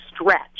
stretch